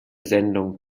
sendung